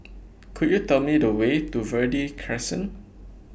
Could YOU Tell Me The Way to Verde Crescent